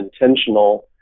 intentional